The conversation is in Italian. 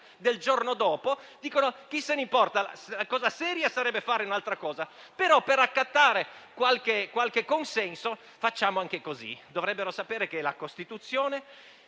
del giorno dopo, dicono: chi se ne importa. Il comportamento serio sarebbe un altro, ma, per raccattare qualche consenso, facciamo anche così. Dovrebbero sapere che la Costituzione